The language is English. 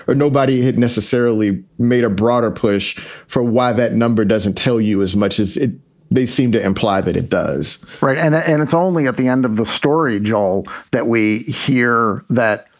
ah nobody had necessarily made a broader push for why that number doesn't tell you as much as they seem to imply that it does right. and and it's only at the end of the story, jol, that we hear that.